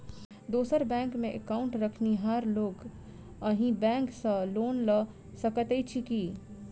दोसर बैंकमे एकाउन्ट रखनिहार लोक अहि बैंक सँ लोन लऽ सकैत अछि की?